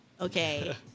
okay